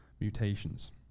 mutations